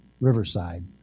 Riverside